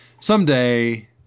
someday